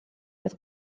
beth